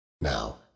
Now